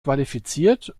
qualifiziert